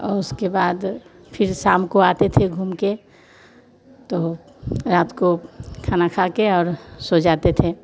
और उसके बाद फिर शाम को आते थे घूमकर तो रात को खाना खाकर और सो जाते थे